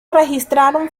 registraron